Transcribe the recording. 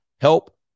Help